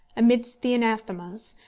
amidst the anathemas,